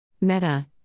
Meta